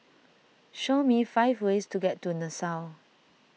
show me five ways to get to Nassau